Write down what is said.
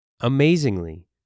Amazingly